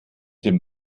dem